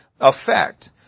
effect